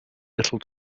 little